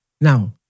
Now